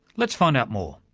let's find out more.